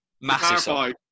Massive